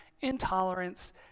intolerance